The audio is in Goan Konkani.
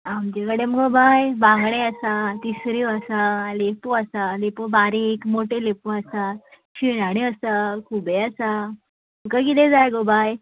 आमचे कडेन मुगो बाय बांगडे आसा तिसऱ्यो आसा लेपो आसा लेपो बारीक मोट्यो लेपो आसा शिणाण्यो आसा खूबें आसा तुका कितें जाय गो बाय